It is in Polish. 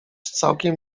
całkiem